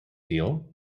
deal